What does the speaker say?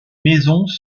maisons